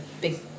big